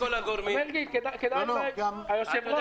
הישיבה